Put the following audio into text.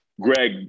Greg